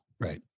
right